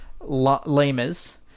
lemurs